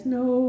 no